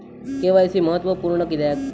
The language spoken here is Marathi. के.वाय.सी महत्त्वपुर्ण किद्याक?